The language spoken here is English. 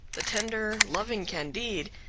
the tender, loving candide,